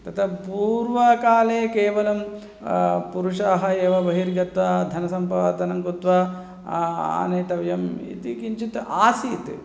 ततः पूर्वकाले केवलं पुरुषाः एव बहिर्गत्वा धनसम्पादनं कृत्वा आ आनेतव्यम् इति किञ्चित् आसीत्